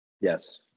Yes